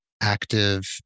active